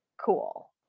cool